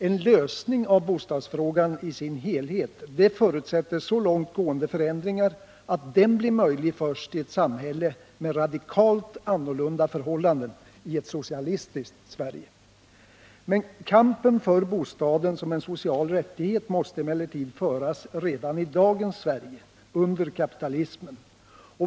En lösning av bostadsfrågan i dess helhet förutsätter så långt gående förändringar att den lig först i ett samhälle med radikalt annorlunda förhållanden, i ett socialistiskt Sverige. Kampen för bostaden som en social rättighet måste emellertid föras redan i dagens Sverige, under kapitalismen.